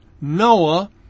Noah